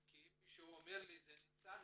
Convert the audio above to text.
אם מישהו אמר "ניצלנו"